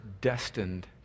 destined